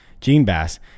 GeneBASS